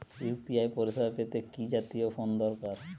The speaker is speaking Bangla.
ইউ.পি.আই পরিসেবা পেতে কি জাতীয় ফোন দরকার?